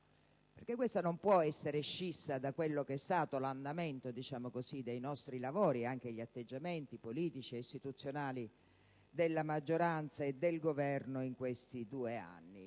Questa, infatti, non può essere scissa da quello che è stato l'andamento dei nostri lavori e anche dagli atteggiamenti politici e istituzionali della maggioranza e del Governo in questi due anni.